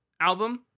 album